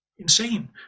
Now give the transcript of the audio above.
Insane